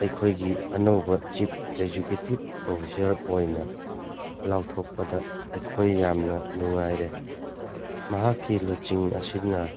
ꯑꯩꯈꯣꯏꯒꯤ ꯑꯅꯧꯕ chief executive officer ꯑꯣꯏꯅ ꯂꯥꯎꯊꯣꯛꯄꯗ ꯑꯩꯈꯣꯏ ꯌꯥꯝꯅ ꯅꯨꯡꯉꯥꯏꯔꯦ ꯃꯍꯥꯛꯀꯤ ꯂꯨꯆꯤꯡ ꯑꯁꯤꯅ